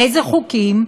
איזה חוקים?